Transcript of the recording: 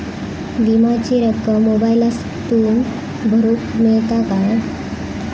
विमाची रक्कम मोबाईलातसून भरुक मेळता काय?